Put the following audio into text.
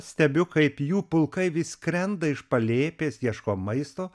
stebiu kaip jų pulkai vis skrenda iš palėpės ieško maisto